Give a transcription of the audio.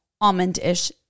almond-ish